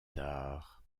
tard